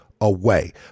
away